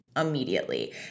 immediately